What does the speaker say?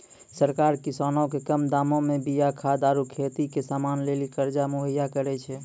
सरकार किसानो के कम दामो मे बीया खाद आरु खेती के समानो लेली कर्जा मुहैय्या करै छै